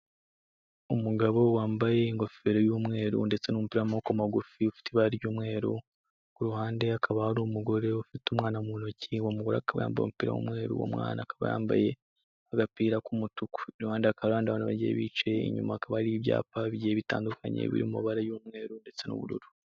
Umugabo wambaye ingofero y'umweru ndetse n'umupira w'amaboko magufi ufite ibara ry'umweru, ku ruhande hakaba hari umugore ufite umwana mu ntoki uwo mu gore akaba yambaye umupira w'umweru, uwo mwana akaba yambaye agapira k'umutuku, iruhande hakaba hari abandi bantu bagiye bicaye, inyuma hakaba hari ibyapa bigiye bitandukanye biri mu bara y'umweru ndetse n'ubururu.